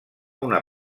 una